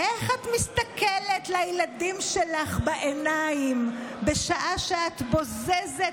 איך את מסתכלת לילדים שלך בעיניים בשעה שאתה בוזזת